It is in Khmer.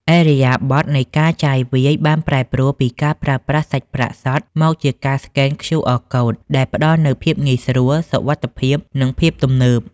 ឥរិយាបថនៃការចាយវាយបានប្រែប្រួលពីការប្រើប្រាស់សាច់ប្រាក់សុទ្ធ មកជាការស្កែន QR Code ដែលផ្ដល់នូវភាពងាយស្រួល សុវត្ថិភាព និងភាពទំនើប។